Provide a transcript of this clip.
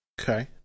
okay